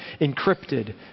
encrypted